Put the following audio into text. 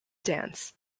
dance